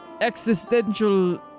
existential